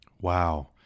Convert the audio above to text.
Wow